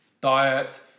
Diet